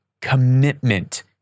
Commitment